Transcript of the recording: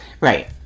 Right